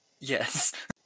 Yes